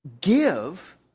give